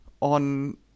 on